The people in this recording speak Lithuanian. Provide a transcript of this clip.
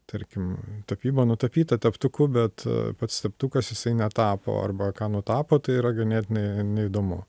tarkim tapyba nutapyta teptuku bet pats teptukas jisai netapo arba ką nutapo tai yra ganėtinai neįdomu